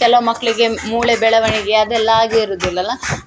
ಕೆಲವು ಮಕ್ಕಳಿಗೆ ಮೂಳೆ ಬೆಳವಣಿಗೆ ಅದೆಲ್ಲ ಆಗಿರುದಿಲ್ಲಲ್ಲ